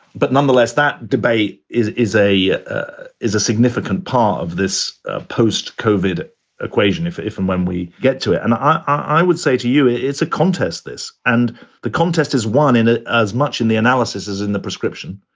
but nonetheless, that debate is is a is a significant part of this ah post covered equation. if, if and when we get to it and i would say to you, it's a contest, this and the contest is one in as much in the analysis as in the prescription.